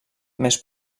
més